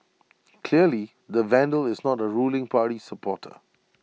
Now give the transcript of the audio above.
clearly the vandal is not A ruling party supporter